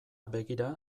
begira